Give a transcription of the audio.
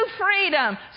freedom